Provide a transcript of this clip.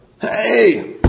hey